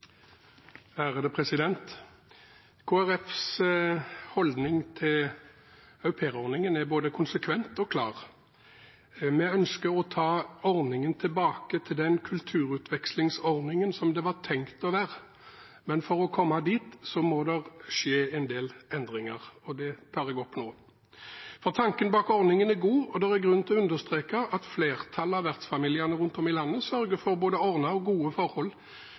både konsekvent og klar: Vi ønsker å ta ordningen tilbake til den kulturutvekslingsordningen den var tenkt å være. Men for å komme dit må det skje en del endringer, og det tar jeg opp nå. For tanken bak ordningen er god, og det er grunn til å understreke at flertallet av vertsfamiliene rundt om i landet sørger for både ordnede og gode forhold